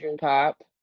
pop